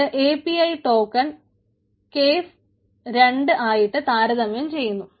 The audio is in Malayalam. എന്നിട്ട് API ടോക്കൺ കേസ് 2 ആയിട്ട് താരതമ്യം ചെയ്യുന്നു